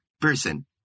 person